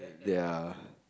ya